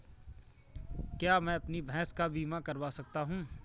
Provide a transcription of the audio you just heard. क्या मैं अपनी भैंस का बीमा करवा सकता हूँ?